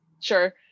sure